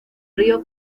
río